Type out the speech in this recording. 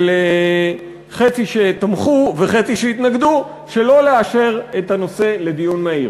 של חצי שתמכו וחצי שהתנגדו ואמרו שלא לאשר את הנושא לדיון מהיר,